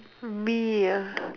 me ah